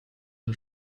den